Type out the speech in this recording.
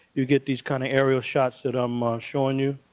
you get these kind of aerial shots that i'm showing you.